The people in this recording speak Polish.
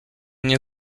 nie